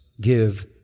give